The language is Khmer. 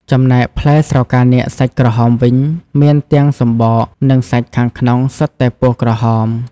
ចំណែក ផ្លែស្រកានាគសាច់ក្រហមវិញ មានទាំងសម្បក និងសាច់ខាងក្នុងសុទ្ធតែពណ៌ក្រហម។